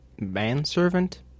Manservant